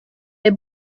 les